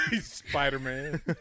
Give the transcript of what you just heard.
Spider-Man